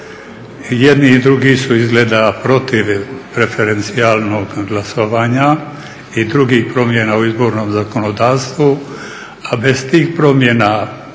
jedni i drugi su izgleda protiv preferencijalnog glasovanja i drugih promjena u izbornom zakonodavstvu, a bez tih promjena,